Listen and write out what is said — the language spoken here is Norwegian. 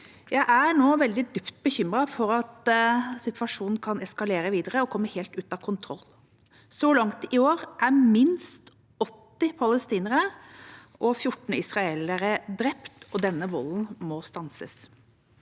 Jeg er nå veldig dypt bekymret for at situasjonen kan eskalere videre og komme helt ut av kontroll. Så langt i år er minst 80 palestinere og 14 israelere drept. Denne volden må stanses.